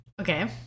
Okay